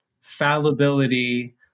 fallibility